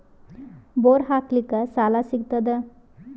Bore ಹಾಕಲಿಕ್ಕ ಸಾಲ ಸಿಗತದ?